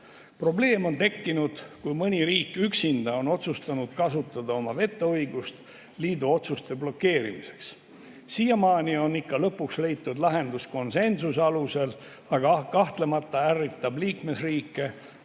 Probleem on tekkinud, kui mõni riik üksinda on otsustanud kasutada oma vetoõigust liidu otsuste blokeerimiseks. Siiamaani on lõpuks leitud lahendus konsensuse alusel. Aga kahtlemata ärritab liikmesriike,